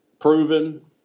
proven